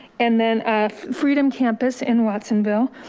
and then freedom campus in watsonville.